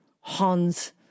Hans